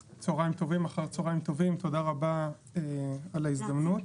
אחר הצוהריים טובים, תודה רבה על ההזדמנות.